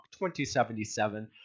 2077